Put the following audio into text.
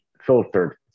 Filtered